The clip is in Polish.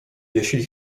jeśli